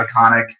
iconic